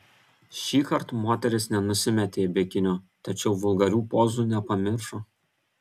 šįkart moteris nenusimetė bikinio tačiau vulgarių pozų nepamiršo